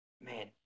man